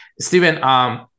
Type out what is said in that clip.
Stephen